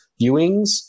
viewings